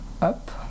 up